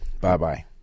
Bye-bye